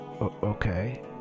Okay